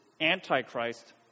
Antichrist